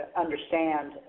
understand